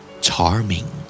Charming